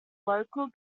local